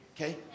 okay